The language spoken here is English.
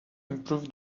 improve